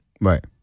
Right